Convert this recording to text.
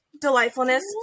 delightfulness